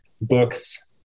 books